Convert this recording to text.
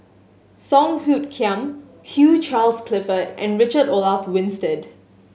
Song Hoot Kiam Hugh Charles Clifford and Richard Olaf Winstedt